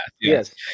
Yes